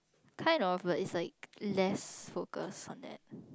kind of but it's like less focus on that